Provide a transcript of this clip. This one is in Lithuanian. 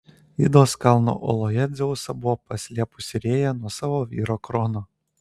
idos kalno oloje dzeusą buvo paslėpusi rėja nuo savo vyro krono